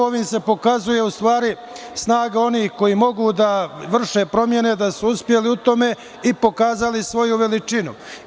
Ovim se pokazuje snaga onih koji mogu da vrše promene, da su uspeli u tome i pokazali svoju veličinu.